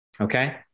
Okay